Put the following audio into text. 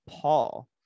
Paul